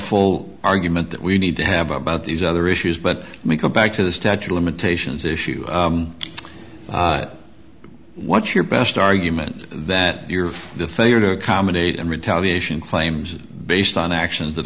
full argument that we need to have about these other issues but we come back to the statue limitations issue what's your best argument that the failure to accommodate and retaliation claims based on actions that